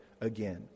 again